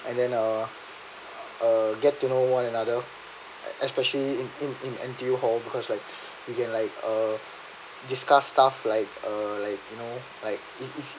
and then uh uh get to know one another especially in in in interior hall because like we can like uh discuss stuff like uh like uh like you know